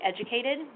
educated